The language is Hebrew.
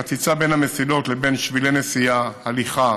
חציצה בין המסילות לבין שבילי נסיעה, הליכה